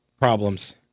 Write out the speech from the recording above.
problems